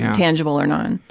and tangible or non.